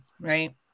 right